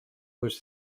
was